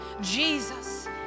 Jesus